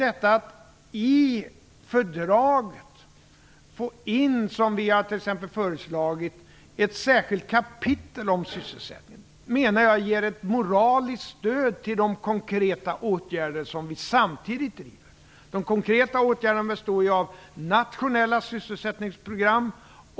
Att i fördraget få in, vilket vi t.ex. har föreslagit, ett särskilt kapitel om sysselsättningen, menar jag ger ett moraliskt stöd till de konkreta åtgärder som vi samtidigt vill ha. De konkreta åtgärderna består bl.a. av nationella sysselsättningsprogram.